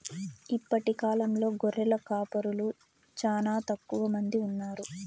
ఇప్పటి కాలంలో గొర్రెల కాపరులు చానా తక్కువ మంది ఉన్నారు